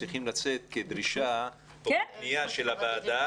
צריכים לצאת כדרישה או כפנייה של הוועדה